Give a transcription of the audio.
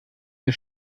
der